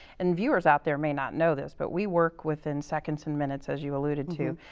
and viewers out there may not know this, but we work within seconds and minutes, as you alluded to.